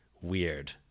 weird